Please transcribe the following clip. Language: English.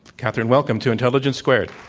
catherine, welcome to intelligence squared.